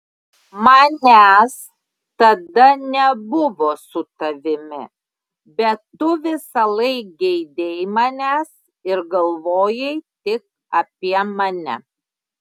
manęs tada nebuvo su tavimi bet tu visąlaik geidei manęs ir galvojai tik apie mane